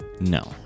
No